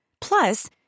Plus